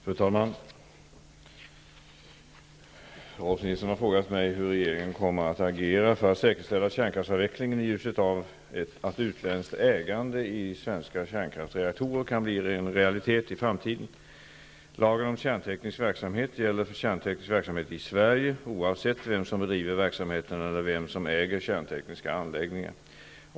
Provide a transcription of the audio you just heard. Fru talman! Rolf L. Nilson har frågat mig hur regeringen kommer att agera för att säkerställa kärnkraftsavvecklingen i ljuset av att utländskt ägande i svenska kärnkraftreaktorer kan bli en realitet i framtiden.